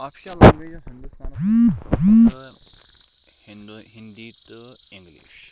official language یۄس ہِندوستانَس تہٕ ہِنٛدوٗ ہِنٛدی تہٕ اِنٛگلِش